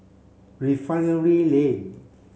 Refinery Lane